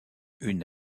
une